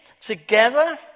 together